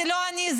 זה לא אני,